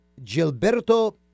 Gilberto